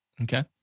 Okay